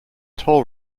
toll